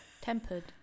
tempered